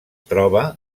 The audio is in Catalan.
troba